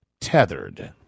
tethered